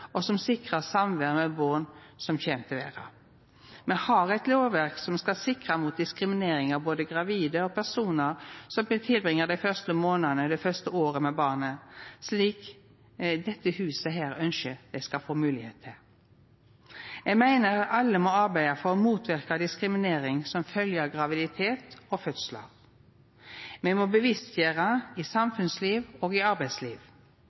og som sikrar samvær med barn som kjem til verda. Me har eit lovverk som skal sikra mot diskriminering av både gravide og personar som vil bruka dei første månadene eller det første året med barnet, slik dette huset ønskjer at dei skal få moglegheit til. Eg meiner alle må arbeida for å motverka diskriminering som følgjer av graviditet og fødslar. Me må bevisstgjera i samfunnsliv og i arbeidsliv.